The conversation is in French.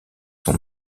son